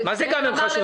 מה זה "גם הם חשובים"?